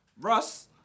Russ